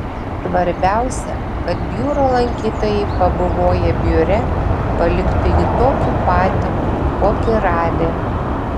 svarbiausia kad biuro lankytojai pabuvoję biure paliktų jį tokį patį kokį radę